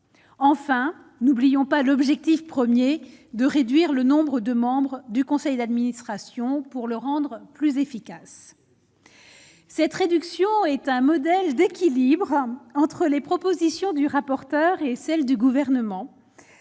enfin, n'oublions pas l'objectif 1er de réduire le nombre de membres du conseil d'administration pour le rendre plus efficace. Cette réduction est un modèle d'équilibre entre les propositions du rapporteur et celle du gouvernement,